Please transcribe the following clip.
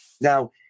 Now